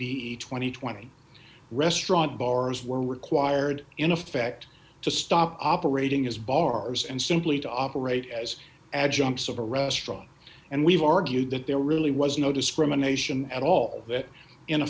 and twenty restaurant bars were required in effect to stop operating as bars and simply to operate as adjuncts of a restaurant and we've argued that there really was no discrimination at all that in